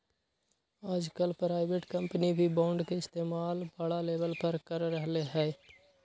आजकल private company भी bond के इस्तेमाल बड़ा लेवल पर कर रहले है